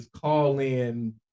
call-in